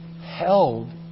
held